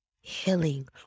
healing